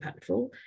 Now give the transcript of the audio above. impactful